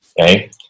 okay